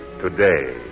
today